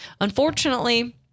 unfortunately